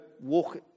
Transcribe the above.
walk